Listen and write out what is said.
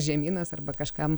žemynas arba kažkam